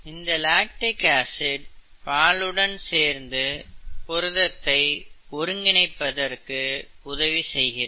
இந்த lactic acid பாலுடன் சேர்ந்து புரதத்தை ஒருங்கிணைப்பதற்கு உதவி செய்கிறது